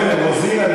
אתה כנראה חושב שאנחנו,